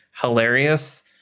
hilarious